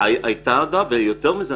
ויותר מזה,